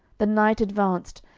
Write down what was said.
the night advanced,